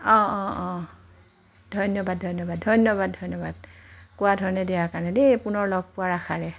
অঁ অঁ অঁ ধন্যবাদ ধন্যবাদ ধন্যবাদ ধন্যবাদ কোৱা ধৰণে দিয়াৰ কাৰণে দেই পুনৰ লগ পোৱাৰ আশাৰে